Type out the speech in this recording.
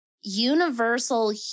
universal